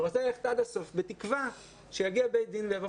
ורוצה ללכת עד הסוף בתקווה שיגיע בית דין ויאמר